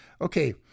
Okay